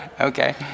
Okay